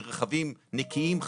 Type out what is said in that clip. מרכבים נקיים,